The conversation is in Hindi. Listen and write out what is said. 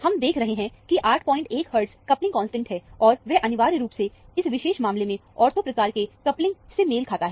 हम देख रहे हैं कि 81 हर्ट्ज कपलिंग कांस्टेंट है और वह अनिवार्य रूप से इस विशेष मामले में ऑर्थो प्रकार के कपलिंग से मेल खाता है